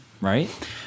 right